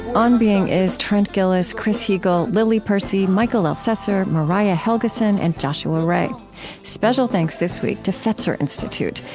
on being is trent gilliss, chris heagle, lily percy, mikel elcessor, mariah helgeson, and joshua rae special thanks this week to fetzer institute,